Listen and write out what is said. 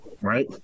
right